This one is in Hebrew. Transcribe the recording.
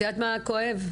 מה שעוד כואב,